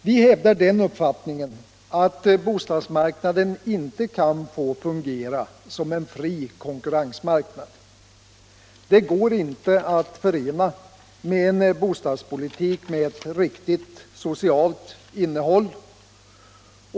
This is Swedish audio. Vi hävdar den uppfattningen att bostadsmarknaden inte kan få fungera som en fri konkurrensmarknad. Det går inte att förena med en bostadspolitik med ett riktigt socialt innehåll.